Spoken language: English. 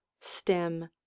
Stem